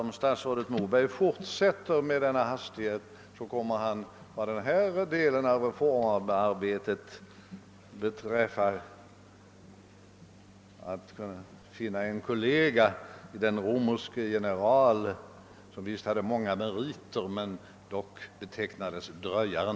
Om statsrådet Moberg fortsätter med samma hastighet kommer han vad den delen av reformarbetet beträffar att finna en kollega i den romerske general som hade många förtjänster men som dock betecknades som Dröjaren.